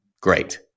great